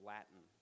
Latin